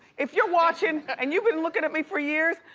if you're watching and you've been looking at me for years,